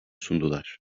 sundular